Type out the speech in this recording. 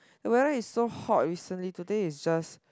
the weather is so hot recently today is just